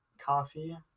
coffee